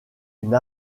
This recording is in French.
une